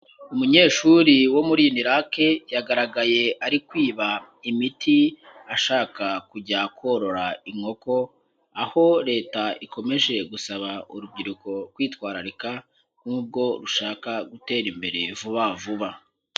Umunyeshuri wo UNILAK yagaragaye ari kwiba imiti ashaka kujya korora inkoko, aho Leta ikomeje gusaba urubyiruko kwitwararika n'ubwo rushaka gutera imbere vuba vuba.